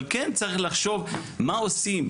אבל כן צריך לחשוב מה עושים?